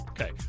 Okay